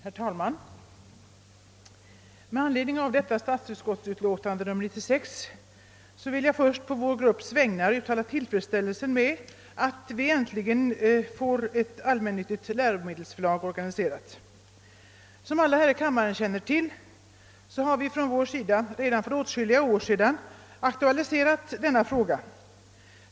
Herr talman! Med anledning av statsutskottets utlåtande nr 96 vill jag först på vår grupps vägnar uttala tillfredsställelse över att ett allmännyttigt läromedelsförlag äntligen organiseras. Som alla här i kammaren känner till har vi redan för åtskilliga år sedan aktualiserat denna fråga.